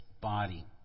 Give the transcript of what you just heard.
body